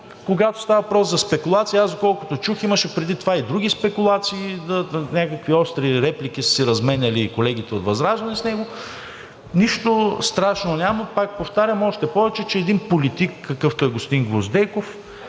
когато става въпрос за спекулация. Аз, доколкото чух, имаше преди това и други спекулации, някакви остри реплики са си разменяли колегите от ВЪЗРАЖДАНЕ с него. Нищо страшно няма, пак повтарям, още повече че един политик, какъвто е господин Гвоздейков,